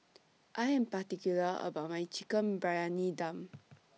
I Am particular about My Chicken Briyani Dum